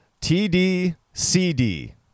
T-D-C-D